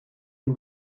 zen